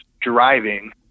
driving